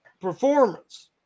performance